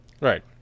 Right